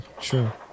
sure